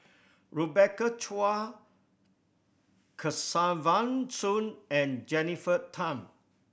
Rebecca Chua Kesavan Soon and Jennifer Tham